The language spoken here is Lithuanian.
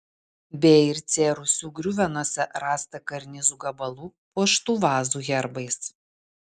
b ir c rūsių griuvenose rasta karnizų gabalų puoštų vazų herbais